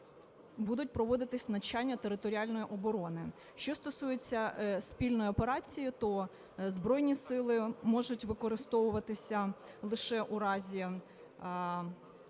будуть проводитись навчання територіальної оборони. Що стосується спільної операції, то Збройні Сили можуть використовуватися лише у разі